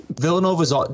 Villanova's